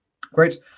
great